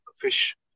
fish